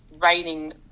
writing